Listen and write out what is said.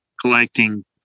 collecting